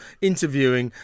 interviewing